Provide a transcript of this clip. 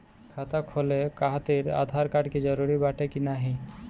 खाता खोले काहतिर आधार कार्ड जरूरी बाटे कि नाहीं?